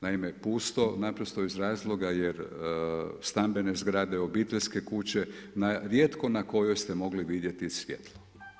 Naime, pusto naprosto iz razloga jer stambene zgrade, obiteljske kuće, rijetko na kojoj ste mogli vidjeti svjetlo.